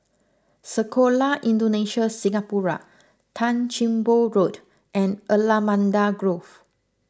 Sekolah Indonesia Singapura Tan Sim Boh Road and Allamanda Grove